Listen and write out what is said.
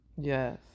Yes